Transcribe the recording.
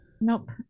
Nope